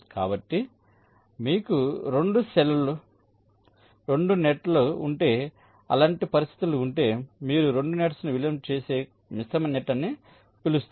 కాబట్టి మీకు 2 నెట్ లు ఉంటే అలాంటి పరిస్థితులు ఉంటే మీరు 2 నెట్స్ను విలీనం చేసి మిశ్రమ నెట్ అని పిలుస్తారు